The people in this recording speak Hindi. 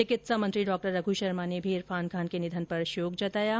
चिकित्सा मंत्री डॉ रघु शर्मा ने भी इरफान खान के निधन पर शोक जताया है